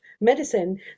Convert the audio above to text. medicine